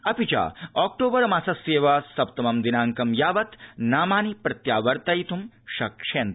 अपि च ऑक्टोबर् मासस्यैव सप्तमं दिनाड़क यावत् नामानि प्रत्यावर्तयितुं शक्ष्यन्ते